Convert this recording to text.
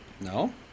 No